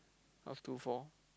how's two four